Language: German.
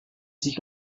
sich